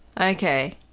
Okay